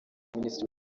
minisitiri